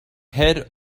head